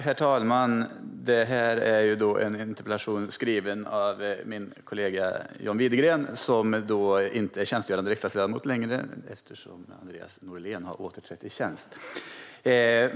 Herr talman! Detta är en interpellation som är skriven av min kollega John Widegren, som inte längre är tjänstgörande riksdagsledamot eftersom Andreas Norlén har återträtt i tjänst.